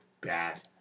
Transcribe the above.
bad